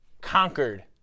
conquered